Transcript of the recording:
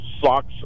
socks